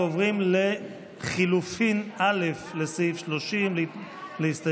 עוברים לחלופין א' להסתייגות 30, הצבעה.